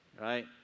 Right